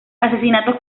asesinatos